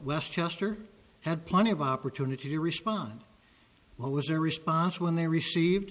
westchester had plenty of opportunity to respond well was their response when they received